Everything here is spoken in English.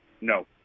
No